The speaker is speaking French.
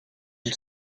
une